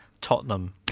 Tottenham